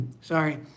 sorry